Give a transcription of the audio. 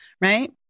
Right